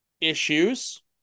issues